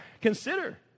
consider